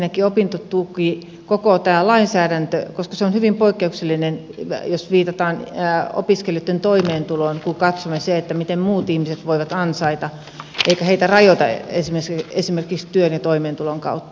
ensinnäkin opintotuki koko tämä lainsäädäntö koska se on hyvin poikkeuksellinen jos viitataan opiskelijoitten toimeentuloon kun katsomme sitä miten muut ihmiset voivat ansaita eikä heitä rajoiteta esimerkiksi työn ja toimeentulon kautta